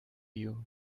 you